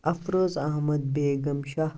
Afroz Ahmad Begum Shah